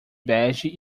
bege